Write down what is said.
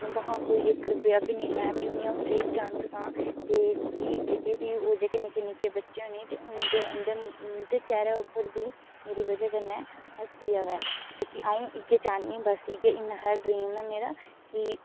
उं'दा हा कोई इक रपेआ बी निं लें भी उ'नें ई अ'ऊं फ्री च डांस सखांऽ ते जेह्के बी ओह् जेह्के निक्के निक्के बच्चे ते उ'नें उं'दे उं'दे चेहरे उप्पर बी मेरी बजह् कन्नै हस्सी आवै ते भी अ'ऊं इ'यै चाह्न्नीं बस इ'यै इ'न्ना हारा ड्रीम ऐ मेरा की